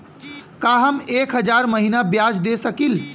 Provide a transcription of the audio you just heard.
का हम एक हज़ार महीना ब्याज दे सकील?